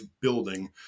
building